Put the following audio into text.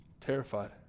terrified